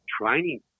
training